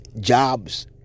jobs